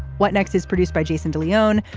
what next is produced by jason de leon.